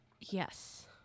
Yes